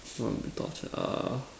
!wah! a torture err